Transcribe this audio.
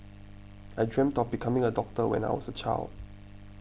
I dreamt of becoming a doctor when I was a child